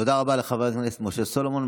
תודה רבה לחבר הכנסת משה סלומון.